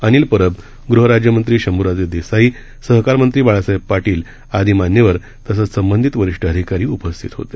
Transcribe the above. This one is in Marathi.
अनिलपरब गृहराज्यमंत्रीशंभूराजेदेसाई सहकारमंत्रीबाळासाहेबपाटीलआदीमान्यवरतसंचसंबंधितवरीष्ठअधिकारीउपस्थितहोते